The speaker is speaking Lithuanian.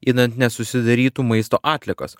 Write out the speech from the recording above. idant nesusidarytų maisto atliekos